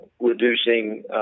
reducing